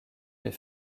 les